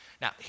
Now